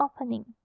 opening